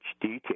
detail